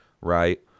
right